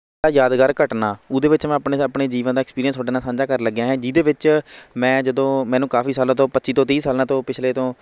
ਯਾਦਗਾਰ ਘਟਨਾ ਉਹਦੇ ਵਿੱਚ ਮੈਂ ਆਪਣੇ ਆਪਣੇ ਜੀਵਨ ਦਾ ਐਕਸਪੀਰੀਅਂਸ ਤੁਹਾਡੇ ਨਾਲ ਸਾਂਝਾ ਕਰਨ ਲੱਗਿਆ ਹੈ ਜਿਹਦੇ ਵਿੱਚ ਮੈਂ ਜਦੋਂ ਮੈਨੂੰ ਕਾਫੀ ਸਾਲਾਂ ਤੋਂ ਪੱਚੀ ਤੋਂ ਤੀਹ ਸਾਲਾਂ ਤੋਂ ਪਿਛਲੇ ਤੋਂ